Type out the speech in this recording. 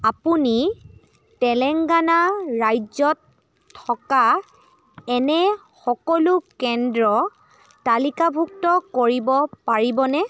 আপুনি তেলেংগানা ৰাজ্যত থকা এনে সকলো কেন্দ্ৰ তালিকাভুক্ত কৰিব পাৰিবনে